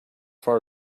far